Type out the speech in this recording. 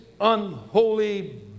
unholy